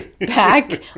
back